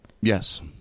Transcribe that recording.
Yes